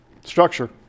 Structure